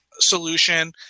solution